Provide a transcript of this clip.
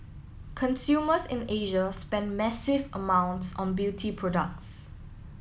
consumers in Asia spend massive amounts on beauty products